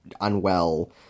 unwell